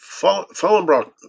Fallenbrock